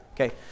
okay